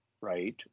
right